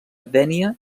dénia